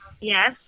Yes